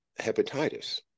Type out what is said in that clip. hepatitis